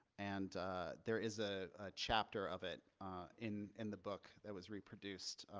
and there is a chapter of it in in the book that was reproduced.